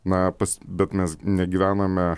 na bet mes negyvename